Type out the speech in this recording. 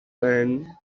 and